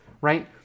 right